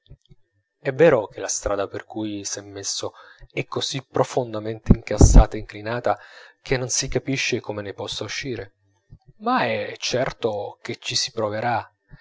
è vero che la strada per cui s'è messo è così profondamente incassata e inclinata che non si capisce come ne possa uscire ma è certo che ci si proverà